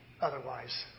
Otherwise